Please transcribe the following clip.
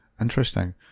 Interesting